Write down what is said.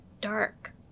dark